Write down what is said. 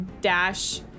dash